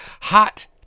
Hot